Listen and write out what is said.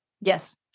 Yes